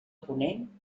ponent